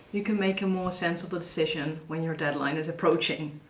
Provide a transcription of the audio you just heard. you can make a more sensible decision when your deadline is approaching.